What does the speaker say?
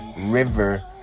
River